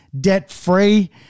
debt-free